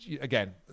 again